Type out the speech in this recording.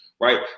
right